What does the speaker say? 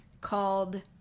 called